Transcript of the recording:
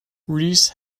reese